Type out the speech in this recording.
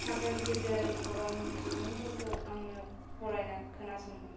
हादोर गेजेरारि खौरांनि बिमुंफोरखौ आंनो फरायना खोनासंहो